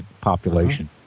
population